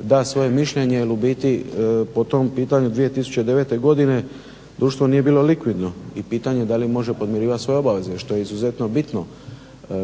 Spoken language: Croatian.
da svoje mišljenje jer u biti po tom pitanju 2009.godine društvo nije bilo likvidno i pitanje da li može podmirivati svoje obaveze što je izuzetno bitno